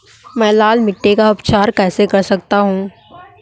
मैं लाल मिट्टी का उपचार कैसे कर सकता हूँ?